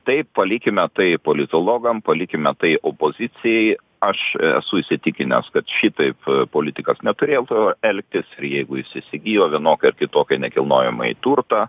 tai palikime tai politologam palikime tai opozicijai aš esu įsitikinęs kad šitaip politikas neturėtų elgtis ir jeigu jis įsigijo vienokį ar kitokį nekilnojamąjį turtą